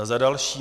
Za další.